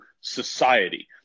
society